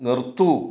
നിർത്തൂ